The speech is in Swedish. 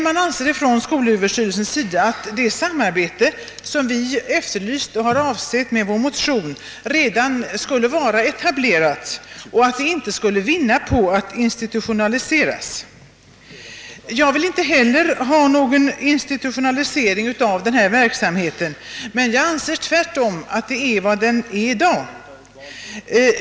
Man anser emellertid att det samarbete som vi efterlyst i vår motion redan skulle vara etablerat och att det inte skulle vinna på att institutionaliseras. Jag vill inte heller ha någon institutionalisering av denna verksamhet; jag menar tvärtom att det är vad den har råkat ut för i dag.